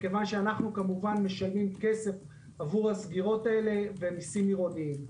מכיוון שאנחנו כמובן משלמים כסף עבור הסגירות האלה ומיסים עירוניים,